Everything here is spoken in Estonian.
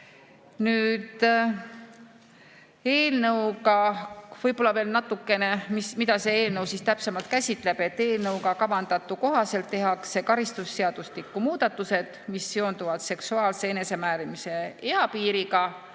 Nüüd võib-olla veel natukene sellest, mida see eelnõu täpsemalt käsitleb. Eelnõuga kavandatu kohaselt tehakse karistusseadustikku muudatused, mis seonduvad seksuaalse enesemääramise eapiiriga.